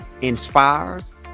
inspires